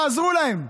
תעזרו להם.